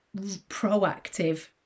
proactive